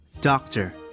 Doctor